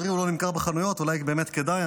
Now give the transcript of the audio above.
לצערי הוא לא נמכר בחנויות, אולי באמת כדאי.